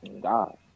God